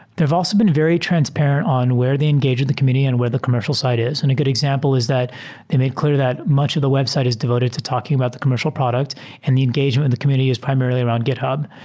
they've also been very transparent on where they engage with the committee and where the commercial site is. and a good example is that they made clear that much of the website is devoted to talking about the commercial product and the engagement in the community is primarily around github.